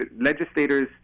legislators